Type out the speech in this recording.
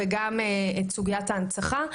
וגם סוגיית ההנצחה.